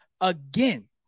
again